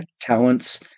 talents